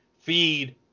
feed –